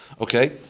Okay